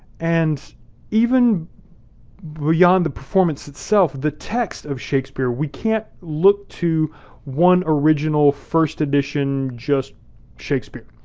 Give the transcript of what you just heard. and even beyond the performance itself, the text of shakespeare, we can't look to one original first edition just shakespeare.